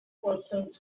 persons